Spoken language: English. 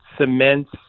cements